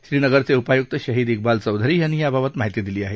श्रीनगरचे उपायुक्त शहीद कुंबाल चौधरी यांनी याबाबत माहिती दिली आहे